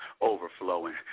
overflowing